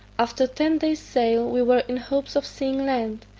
after ten days' sail we were in hopes of seeing land,